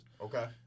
Okay